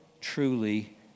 truly